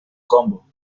combo